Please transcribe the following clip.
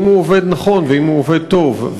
אם הוא עובד נכון ואם הוא עובד טוב.